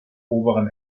oberen